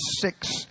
six